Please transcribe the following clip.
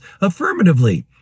affirmatively